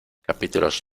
capítulos